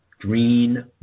Green